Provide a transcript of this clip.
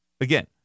Again